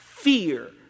fear